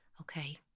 okay